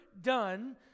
done